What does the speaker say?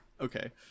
Okay